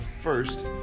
first